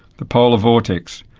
the polar vortex,